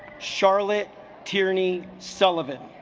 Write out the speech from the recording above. charlotte tierney sullivan